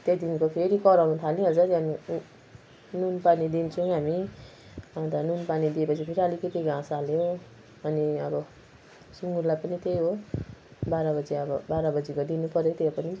त्यहाँदेखिको फेरि कराउनु थालिहाल्छ त्यहाँ नुन पानी दिन्छौँ हामी अन्त नुन पानी दिए पछि फेरि अलिकति घाँस हाल्यो अनि अब सुँगुरलाई पनि त्यही हो बाह्र बजी अब बाह्र बजीको दिनु पऱ्यो त्यो पनि